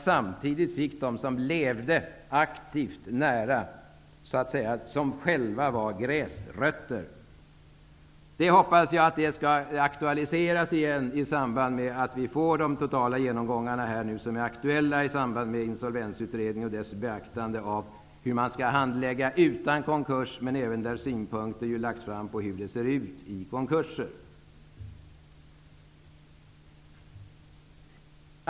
Samtidigt skulle man få med gräsrötterna. Jag hoppas att detta skall aktualiseras igen i samband med de totala genomgångarna i anslutning till Insolvensutredningen och dess arbete med att beakta hur man skall handlägga sådana här frågor utan konkurs. Synpunkter har också lagts fram på hur det ser ut i konkurser.